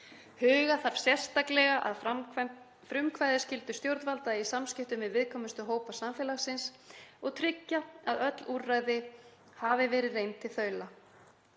Huga þarf sérstaklega að frumkvæðisskyldu stjórnvalda í samskiptum við viðkvæmustu hópa samfélagsins og tryggja að öll úrræði hafi verið reynd til þaula.